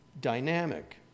dynamic